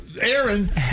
Aaron